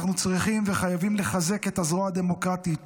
אנחנו צריכים וחייבים לחזק את הזרוע הדמוקרטית